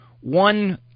One